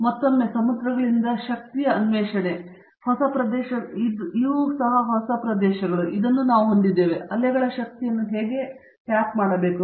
ಮತ್ತೊಮ್ಮೆ ಸಮುದ್ರಗಳಿಂದ ಶಕ್ತಿಯ ಅನ್ವೇಷಣೆ ನಾವು ಹೊಸ ಪ್ರದೇಶಗಳನ್ನು ಹೊಂದಿದ್ದೇವೆ ಅಲೆಗಳ ಶಕ್ತಿಯನ್ನು ಹೇಗೆ ಟ್ಯಾಪ್ ಮಾಡಬೇಕು